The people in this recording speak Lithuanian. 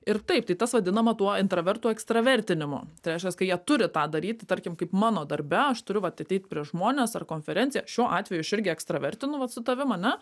ir taip tai tas vadinama tuo intravertų ekstravertinimu tai reiškias kai jie turi tą daryt tai tarkim kaip mano darbe aš turiu vat ateit prieš žmones ar konferenciją šiuo atveju aš irgi ekstravertinu vat su tavim ane